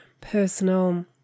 personal